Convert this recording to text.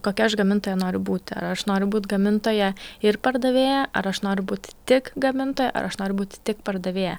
kokia aš gamintoja noriu būti aš noriu būt gamintoja ir pardavėja ar aš noriu būti tik gamintojai aš noriu būti tik pardavėja